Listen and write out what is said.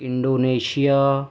Indonesia